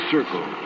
Circle